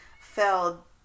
Fell